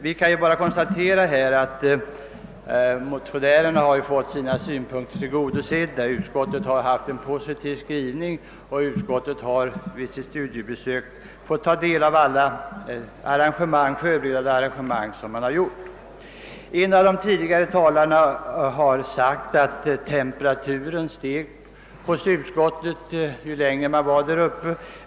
Vi kan konstatera att motionärerna har fått sina synpunkter tillgodosedda; utskottet har vid sitt studiebesök i Jämtland fått ta del av alla förberedande arrangemang och har gjort en positiv skrivning. En av de tidigare talarna sade att temperaturen steg mer och mer hos utskottets ledamöter ju längre man diskuterade.